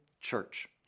church